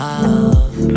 Love